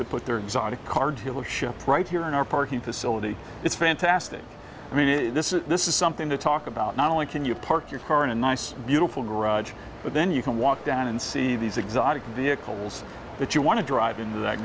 to put their exotic car dealership right here in our parking facility it's fantastic i mean this is this is something to talk about not only can you park your car in a nice beautiful garage but then you can walk down and see these exotic vehicles that you want to drive in that